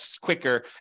quicker